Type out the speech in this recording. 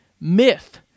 myth